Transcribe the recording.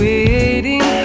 Waiting